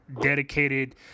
dedicated